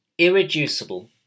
Irreducible